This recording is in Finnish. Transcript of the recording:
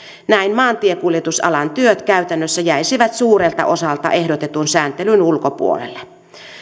näin maantiekuljetusalan työt käytännössä jäisivät suurelta osalta ehdotetun sääntelyn ulkopuolelle